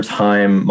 time